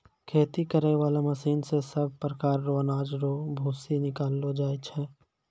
खेती करै बाला मशीन से सभ प्रकार रो अनाज रो भूसी निकालो जाय छै